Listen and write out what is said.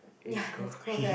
ya is cold right